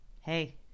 Hey